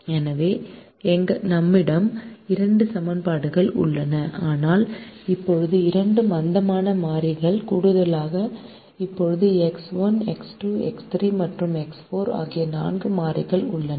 எனவே நம்மிடம் இரண்டு சமன்பாடுகள் உள்ளன ஆனால் இப்போது இரண்டு மந்தமான மாறிகள் கூடுதலாக இப்போது எக்ஸ் 1 எக்ஸ் 2 எக்ஸ் 3 மற்றும் எக்ஸ் 4 ஆகிய நான்கு மாறிகள் உள்ளன